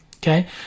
Okay